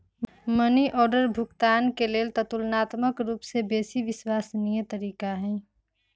money order भुगतान के लेल ततुलनात्मक रूपसे बेशी विश्वसनीय तरीका हइ